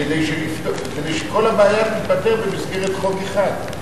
כדי שכל הבעיה תיפתר במסגרת חוק אחד.